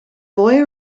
boy